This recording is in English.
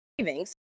savings